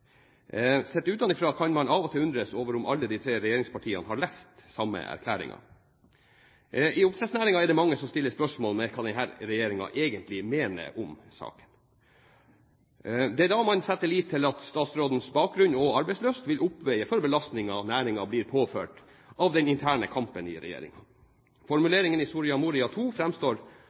Sett utenfra kan man av og til undres om alle de tre regjeringspartiene har lest den samme erklæringen. I oppdrettsnæringen er det mange som stiller spørsmål ved hva denne regjeringen egentlig mener om saken. Det er da man setter sin lit til at statsrådens bakgrunn og arbeidslyst vil oppveie for belastningen næringen blir påført av den interne kampen i regjeringen. Formuleringene i